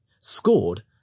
scored